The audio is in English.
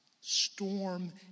storm